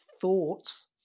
thoughts